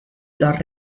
los